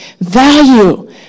value